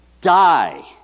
Die